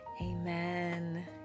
Amen